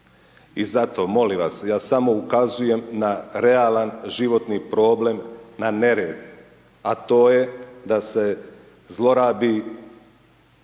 i zato molim vas, ja samo ukazujem na realan životni problem, na nered, a to je da se zlorabi